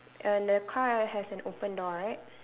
and the car has an open door right